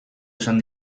esan